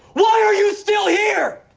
why are you still here?